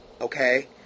okay